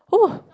!wah!